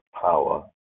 power